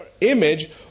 image